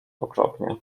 okropnie